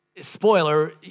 spoiler